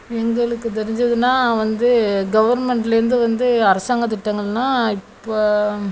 எங்களுக்கு தெரிஞ்சதுனா வந்து கவர்மெண்ட்லேந்து வந்து அரசாங்க திட்டங்கள்னா இப்போ